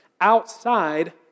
outside